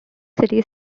city